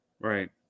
Right